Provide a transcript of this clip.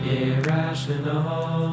irrational